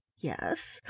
yes,